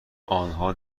آنها